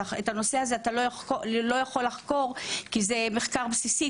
את הנושא הזה אתה לא יכול לחקור כי זה מחקר בסיסי,